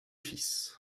fils